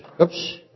Oops